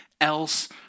else